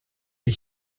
wir